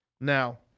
Now